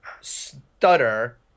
stutter